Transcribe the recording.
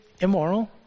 immoral